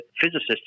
physicists